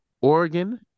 Oregon